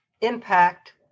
impact